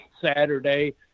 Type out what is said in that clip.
Saturday